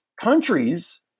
countries